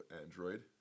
android